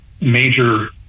major